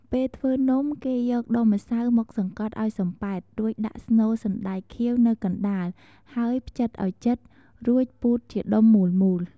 ពេលធ្វើនំ គេយកដុំម្សៅមកសង្កត់ឱ្យសំប៉ែត រួចដាក់ស្នូលសណ្ដែកខៀវនៅកណ្តាល ហើយភ្ជិតឱ្យជិត រួចពូតជាដុំមូលៗ។